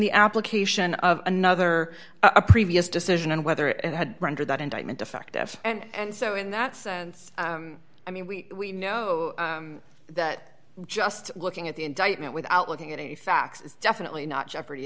the application of another a previous decision and whether it had rendered that indictment defective and so in that sense i mean we know that just looking at the indictment without looking at any facts is definitely not jeopardy